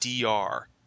dr